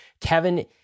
Kevin